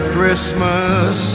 Christmas